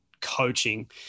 coaching